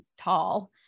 tall